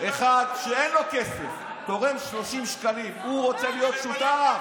אחד שאין לו כסף תורם 30 שקלים כי הוא רוצה להיות שותף.